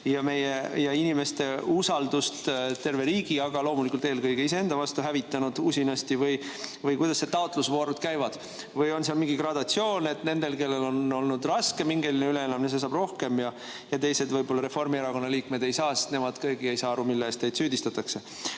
inimeste usaldust terve riigi, aga loomulikult eelkõige iseenda vastu. Kuidas need taotlusvoorud käivad? Või on seal mingi gradatsioon, et need, kellel on olnud raskem hingeline üleelamine, saavad rohkem, ja teised, võib-olla Reformierakonna liikmed ei saa, sest nemad keegi ei saa aru, milles teid süüdistatakse.